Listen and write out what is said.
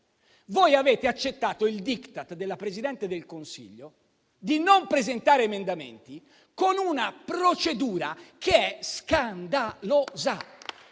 Voi avete accettato il *Diktat* del Presidente del Consiglio di non presentare emendamenti, con una procedura che è scandalosa.